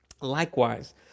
Likewise